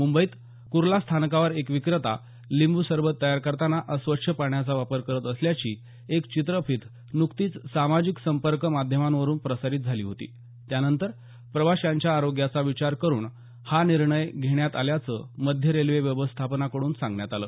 मुंबईत कुर्ला स्थानकावर एक विक्रेता लिंबू सरबत तयार करताना अस्वच्छ पाण्याचा वापर करत असल्याची एक चित्रफीत न्कतीच सामाजिक संपर्क माध्यमांवरून प्रसारित झाली होती त्यानंतर प्रवाशांच्या आरोग्याचा विचार करुन हा निर्णय घेण्यात आल्याचं मध्य रेल्वे व्यवस्थापनाकडून सांगण्यात आलं